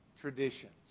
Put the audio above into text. traditions